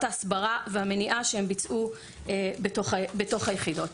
ההסברה והמניעה שהן ביצעו בתוך היחידות.